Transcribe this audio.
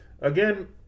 again